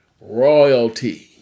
royalty